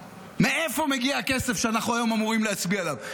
מאיפה מגיע הכסף שאנחנו היום אמורים להצביע עליו?